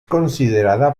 considerada